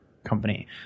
company